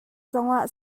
zongah